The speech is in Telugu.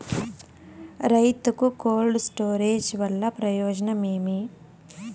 రైతుకు కోల్డ్ స్టోరేజ్ వల్ల ప్రయోజనం ఏమి?